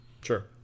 Sure